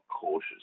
cautious